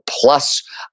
Plus